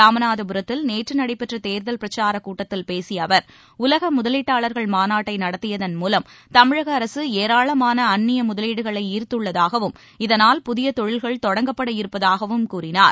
ராமநாதபுரத்தில் நேற்று நடைபெற்ற தேர்தல் பிரச்சார கூட்டத்தில் பேசிய அவர் உலக முதலீட்டாளர்கள் மாநாட்டை நடத்தியதன் மூலம் தமிழக அரசு ஏராளமான அந்நிய முதலீடுகளை ஈர்த்துள்ளதாகவும் இதனால் புதிய தொழில்கள் தொடங்கப்பட இருப்பதாகவும் கூறினார்